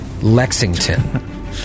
Lexington